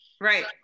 Right